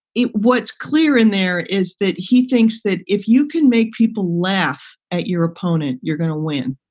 it was clear in there is that he thinks that if you can make people laugh at your opponent, you're going to win.